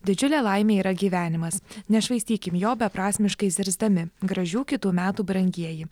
didžiulė laimė yra gyvenimas nešvaistykim jo beprasmiškai zirzdami gražių kitų metų brangieji